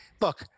look